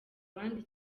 abandi